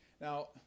Now